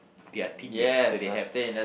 their teammates so they have